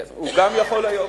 הוא גם יכול היום.